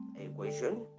equation